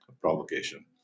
provocation